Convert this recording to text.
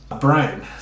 Brian